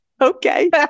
Okay